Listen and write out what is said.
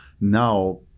Now